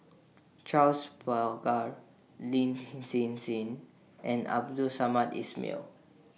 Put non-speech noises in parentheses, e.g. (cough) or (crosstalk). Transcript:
Charles Paglar Lin (noise) Hsin Hsin and Abdul Samad Ismail